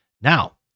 now